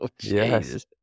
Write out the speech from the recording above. yes